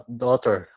daughter